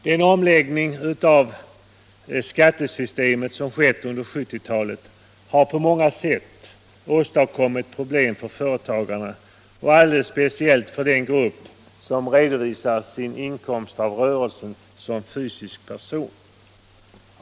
Den omläggning av skattesystemet som skett under 1970-talet har på många sätt åstadkommit problem för företagarna — alldeles speciellt för den grupp som redovisar sin inkomst av rörelsen som fysisk person.